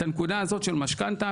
את הנקודה הזאת של משכנתא,